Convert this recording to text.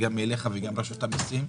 גם אליך וגם לרשות המסים.